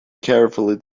carefully